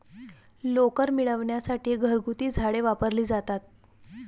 लोकर मिळविण्यासाठी घरगुती झाडे वापरली जातात